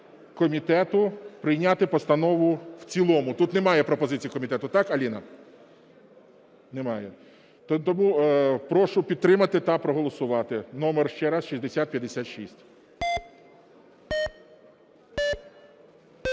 прошу підтримати та проголосувати. (Номер ще раз? 6056.)